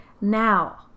now